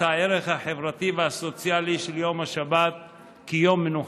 הערך החברתי והסוציאלי של יום השבת כיום מנוחה.